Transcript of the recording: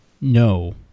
No